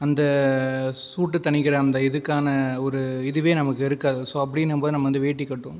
அந்தச் சூட்டை தணிக்கிற அந்த இதுக்கான ஒரு இதுவே நமக்கு இருக்காது ஸோ அப்படிங்கும்போது நம்ம வேட்டி கட்டுவோம்